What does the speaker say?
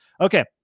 okay